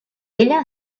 ella